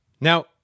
Now